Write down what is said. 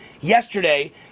yesterday